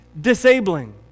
disabling